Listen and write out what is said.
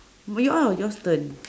yours turn